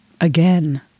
again